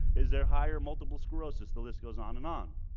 is there higher multiple sclerosis the list goes on and on.